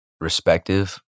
respective